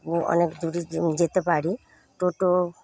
অনেক দূরে য যেতে পারি টোটো